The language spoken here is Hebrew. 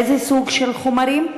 איזה סוג של חומרים,